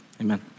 amen